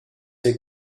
hier